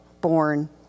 born